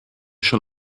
schon